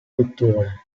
dottore